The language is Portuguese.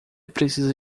precisa